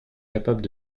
capables